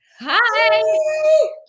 hi